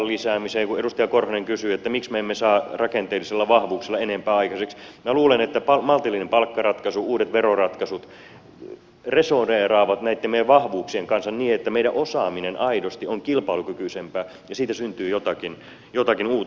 kun edustaja korhonen kysyi miksi me emme saa rakenteellisilla vahvuuksilla enempää aikaiseksi minä luulen että maltillinen palkkaratkaisu uudet veroratkaisut resoneeraavat näitten meidän vahvuuksiemme kanssa niin että meidän osaaminen aidosti on kilpailukykyisempää ja siitä syntyy jotakin uutta